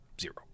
zero